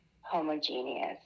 homogeneous